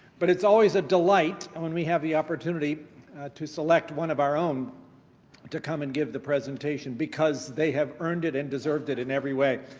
but it's always a delight and when we have the opportunity to select one of our own to come and give the presentation because they have earned it and deserved it in every way,